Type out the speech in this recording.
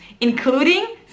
including